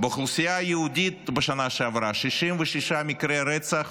באוכלוסייה היהודית בשנה שעברה היו 66 מקרי רצח